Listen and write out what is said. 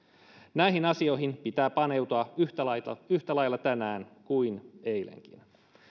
näihin asioihin pitää paneutua yhtä lailla yhtä lailla tänään kuin eilenkin